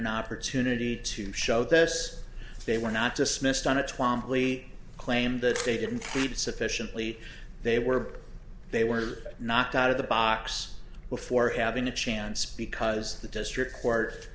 an opportunity to show this they were not dismissed on its wamsley claim that they didn't heed sufficiently they were they were knocked out of the box before having a chance because the district court